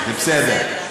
זה בסדר.